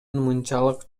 мынчалык